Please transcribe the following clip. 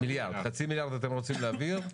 חצי מיליארד אתם רוצים להעביר,